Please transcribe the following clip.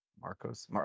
Marcos